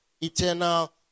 eternal